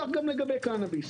כך גם לגבי קנביס.